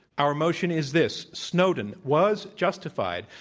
our motion is this, snowden was justified.